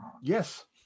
Yes